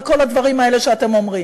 וכל הדברים האלה שאתם אומרים.